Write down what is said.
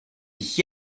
ich